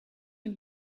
and